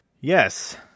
Yes